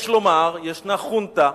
יש לומר, ישנה חונטה,